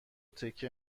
تکه